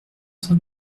cent